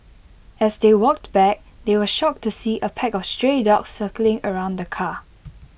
as they walked back they were shocked to see A pack of stray dogs circling around the car